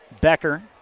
Becker